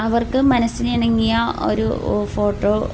അവർക്ക് മനസ്സിനിണങ്ങിയ ഒരു ഫോട്ടോ